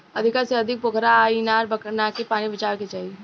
अधिका से अधिका पोखरा आ इनार बनाके पानी बचावे के चाही